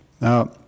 Now